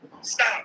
stop